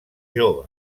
jove